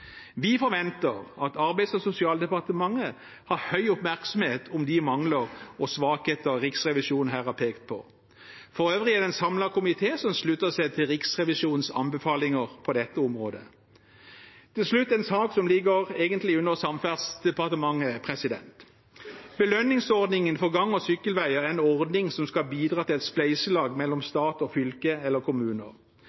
Vi forventer at Arbeids- og sosialdepartementet har stor oppmerksomhet på de mangler og svakheter Riksrevisjonen her har pekt på. For øvrig er det en samlet komité som slutter seg til Riksrevisjonens anbefalinger på dette området. Til slutt en sak som egentlig ligger under Samferdselsdepartementet. Belønningsordningen for gang- og sykkelveier er en ordning som skal bidra til et spleiselag mellom